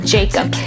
Jacob